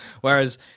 Whereas